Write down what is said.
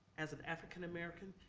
as an african american,